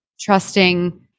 trusting